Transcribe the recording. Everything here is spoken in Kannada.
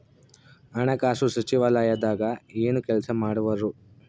ಹಣಕಾಸು ಸಚಿವಾಲಯದಾಗ ಏನು ಕೆಲಸ ಮಾಡುವರು?